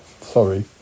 sorry